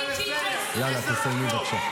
יאללה, תסיימי, בבקשה.